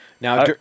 Now